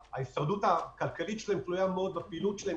ההישרדות הכלכלית שלהם תלויה מאוד בפעילות שלהם,